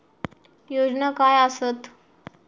योजना काय आसत?